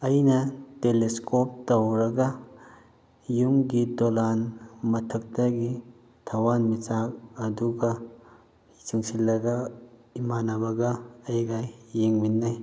ꯑꯩꯅ ꯇꯦꯂꯤꯁꯀꯣꯞ ꯇꯧꯔꯒ ꯌꯨꯝꯒꯤ ꯗꯣꯂꯥꯟ ꯃꯊꯛꯇꯒꯤ ꯊꯋꯥꯟ ꯃꯤꯆꯥꯛ ꯑꯗꯨꯒ ꯆꯤꯡꯁꯤꯜꯂꯒ ꯏꯃꯥꯟꯅꯕꯒꯝ ꯑꯩꯒ ꯌꯦꯡꯃꯤꯟꯅꯩ